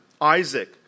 Isaac